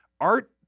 art